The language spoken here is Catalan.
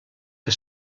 que